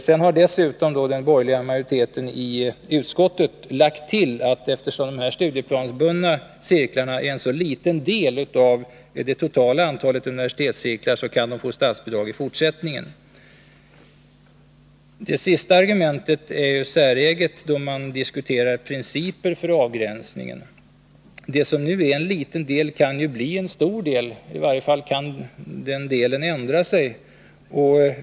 Sedan har den borgerliga utskottsmajoriteten dessutom lagt till att eftersom de studieplansbundna cirklarna utgör en så liten del av det totala antalet universitetscirklar, så kan de få statsbidrag i fortsättningen. Det sista argumentet är säreget, då man diskuterar principer för avgränsning. Det som nu är en liten del kan ju bli en stor del —-i varje fall kan den delen ändras.